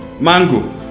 Mango